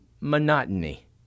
monotony